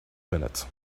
minutes